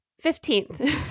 fifteenth